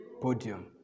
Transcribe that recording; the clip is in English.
podium